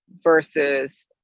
versus